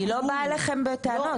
אני לא באה אליכן בטענות,